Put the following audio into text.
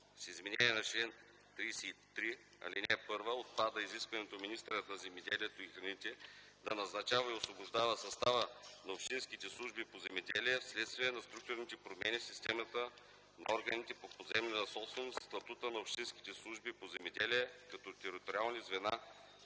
С изменението на чл. 33, ал. 1 отпада изискването министърът на земеделието и храните да назначава и освобождава състава на общинските служби по земеделие вследствие на структурните промени в системата на органите по поземлената собственост и статута на общинските служби по земеделие като териториални звена